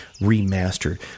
remastered